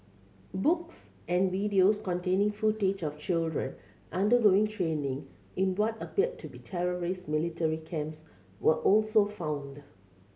books and videos containing footage of children undergoing training in what appeared to be terrorist military camps were also found